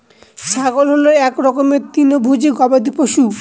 ছাগল হল এক রকমের তৃণভোজী গবাদি পশু